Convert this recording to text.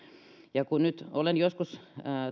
ja kun nyt olen joskus